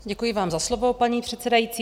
Děkuji vám za slovo, paní předsedající.